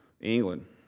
England